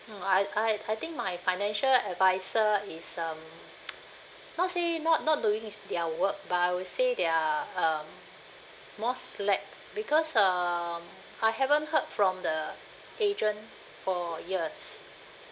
mm I I think my financial advisor is um not say not not doing his their work but I will say they are um more slack because um I haven't heard from the agent for years